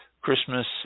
Christmas